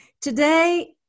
Today